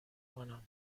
کنم